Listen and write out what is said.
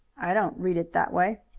i don't read it that way.